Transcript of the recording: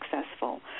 successful